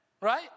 right